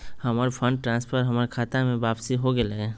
हमर fund transfer हमर खता में वापसी हो गेलय